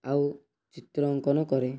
ଆଉ ଚିତ୍ର ଅଙ୍କନ କରେ